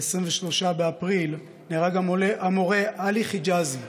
ב-23 באפריל נהרג המורה עלי חיג'אזי,